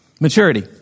Maturity